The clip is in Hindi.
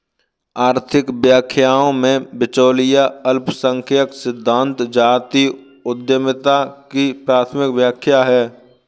आर्थिक व्याख्याओं में, बिचौलिया अल्पसंख्यक सिद्धांत जातीय उद्यमिता की प्राथमिक व्याख्या है